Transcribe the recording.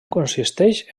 consisteix